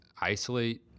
isolate